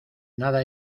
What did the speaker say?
nada